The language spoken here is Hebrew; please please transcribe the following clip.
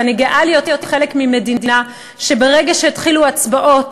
ואני גאה להיות חלק ממדינה שברגע שהתחילו הצבעות